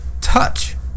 touch